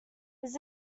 his